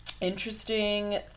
Interesting